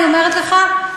אני אומרת לך,